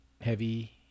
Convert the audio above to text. heavy